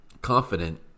confident